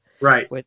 Right